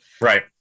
right